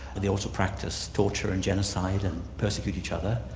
they also practice torture and genocide and persecute each other.